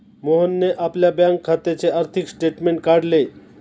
मोहनने आपल्या बँक खात्याचे आर्थिक स्टेटमेंट काढले